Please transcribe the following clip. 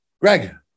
Greg